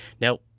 Now